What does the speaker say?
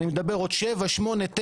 אני מדבר בעוד 7-10 שנים,